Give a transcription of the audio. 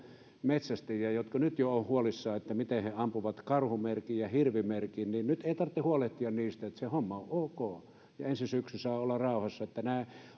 metsästäjiä jotka nyt jo ovat huolissaan miten he ampuvat karhumerkin ja hirvimerkin niin nyt ei tarvitse huolehtia niistä että se homma on ok ja ensi syksyn saa olla rauhassa nämä